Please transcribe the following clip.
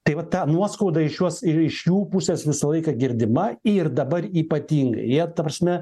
tai va ta nuoskaudą į šiuos ir iš jų pusės visą laiką girdima ir dabar ypatingai jie ta prasme